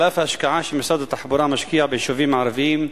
על אף ההשקעה שמשרד התחבורה משקיע ביישובים הערביים,